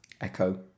Echo